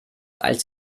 als